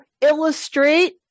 illustrate